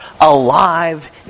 alive